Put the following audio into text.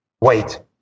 Wait